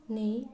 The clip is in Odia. ନେଇ